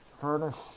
furnish